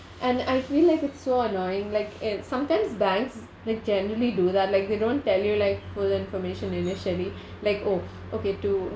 and I feel like it's so annoying like and sometimes banks they generally do that like they don't tell you like full information initially like oh okay to